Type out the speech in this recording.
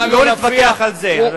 נא לא להתווכח על זה.